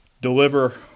deliver